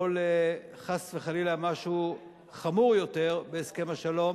או חס וחלילה, למשהו חמור יותר בהסכם השלום,